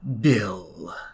Bill